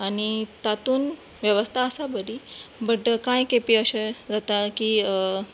आनी तातूंत वेवस्था आसा बरी बट कांय खेपे अशें जाता की